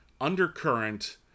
undercurrent